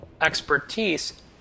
expertise